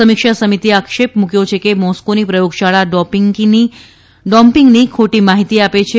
સમીક્ષા સમિતિએ આક્ષેપ મૂક્યો છે કે મોસ્કોની પ્રયોગશાળા ડોપિંગની ખોટી માહિતી આપે છે